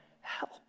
help